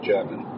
German